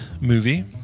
movie